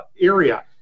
area